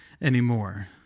anymore